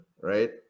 right